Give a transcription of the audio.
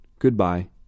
Goodbye